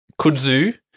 kudzu